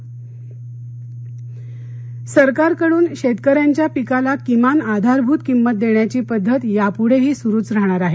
राजनाथ शेतकरी सरकारकडून शेतकऱ्यांच्या पिकाला किमान आधारभूत किंमत देण्याची पद्धत यापुढेही सुरूच राहणार आहे